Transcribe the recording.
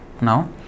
now